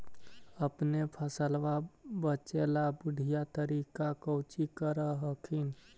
अपने फसलबा बचे ला बढ़िया तरीका कौची कर हखिन?